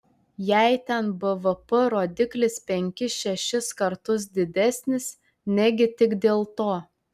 jei ten bvp rodiklis penkis šešis kartus didesnis negi tik dėl to